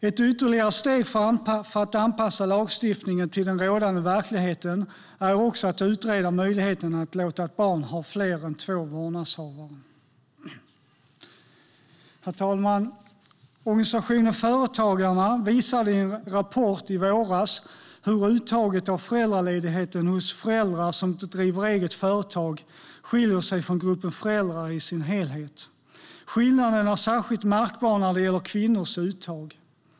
Ett ytterligare steg för att anpassa lagstiftningen till den rådande verkligheten är också att utreda möjligheten att låta ett barn ha fler än två vårdnadshavare. Herr talman! Organisationen Företagarna visade i en rapport i våras hur uttaget av föräldraledigheten hos föräldrar som driver eget företag skiljer sig från gruppen föräldrar i sin helhet. Skillnaden är särskilt märkbar när det gäller kvinnors uttag.